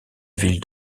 ville